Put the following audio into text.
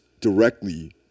directly